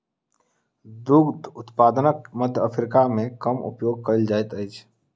दूध उत्पादनक मध्य अफ्रीका मे कम उपयोग कयल जाइत अछि